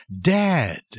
dad